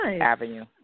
avenue